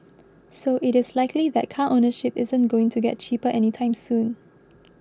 so it is likely that car ownership isn't going to get cheaper anytime soon